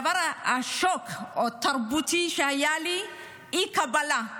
השוק התרבותי שהיה לי, אי-קבלה.